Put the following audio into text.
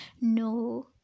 No